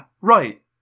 right